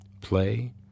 play